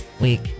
Week